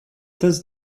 does